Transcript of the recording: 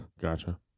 Gotcha